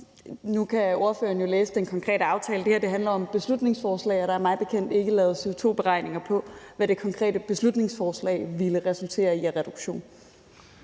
Nu kan ordføreren jo læse den konkrete aftale. Det her handler om et beslutningsforslag, og der er mig bekendt ikke lavet CO2-beregninger af, hvad det konkrete beslutningsforslag ville resultere i af reduktioner.